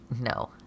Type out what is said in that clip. No